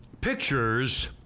pictures